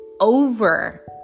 over